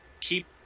keep